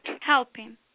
Helping